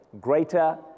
greater